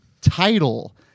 title